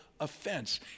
offense